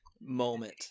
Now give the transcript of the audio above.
moment